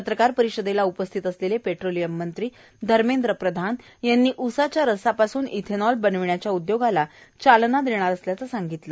पत्रकार परिषदेला उपस्थित असलेले पेट्रोलिय मंत्री धर्मेंद्र प्रधान यांनी ऊसाच्या रसापासून इथेनॉल बनविण्याच्या उदयोगाला चालणा देणार असल्याचं सांगितलं